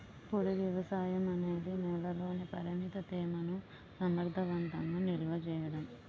పొడి వ్యవసాయం అనేది నేలలోని పరిమిత తేమను సమర్థవంతంగా నిల్వ చేయడం